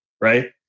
right